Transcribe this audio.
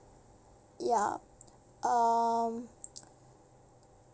ya um